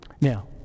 now